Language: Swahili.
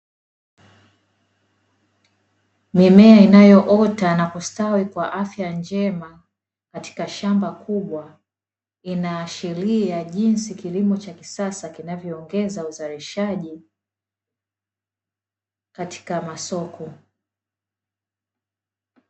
Mimea inayoota na kustawi kwa afya njema katika shamba kubwa inaashiria jinsi kilimo cha kisasa kinavyoongeza uzalishaji katika masoko.